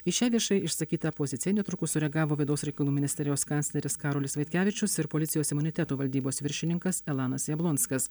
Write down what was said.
į šią viešai išsakytą poziciją netrukus sureagavo vidaus reikalų ministerijos kancleris karolis vaitkevičius ir policijos imuniteto valdybos viršininkas elanas jablonskas